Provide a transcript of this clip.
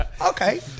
Okay